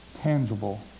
Tangible